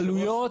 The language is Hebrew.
לעלויות.